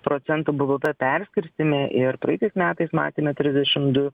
procentų bvp perskirstyme ir praeitais metais matėme trisdešim du